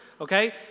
okay